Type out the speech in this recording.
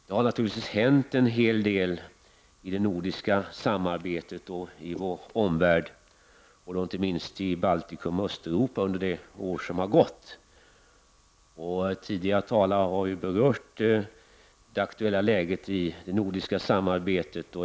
Det har naturligtvis hänt en hel del i det nordiska samarbetet och i vår omvärld, och då inte minst i Baltikum och Östeuropa under det år som har gått. Tidigare talare har redan berört det aktuella läget i det nordiska samarbetet.